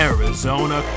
Arizona